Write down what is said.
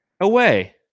Away